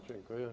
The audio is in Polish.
Dziękuję.